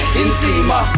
intima